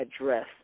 address